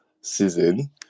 season